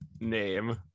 name